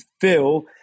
Phil